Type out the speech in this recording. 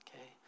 Okay